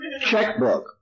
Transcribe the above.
Checkbook